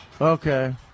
Okay